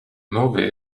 movie